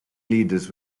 leaders